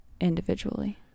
individually